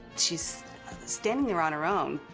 she's standing there on her own,